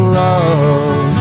love